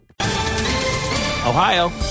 Ohio